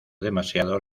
demasiado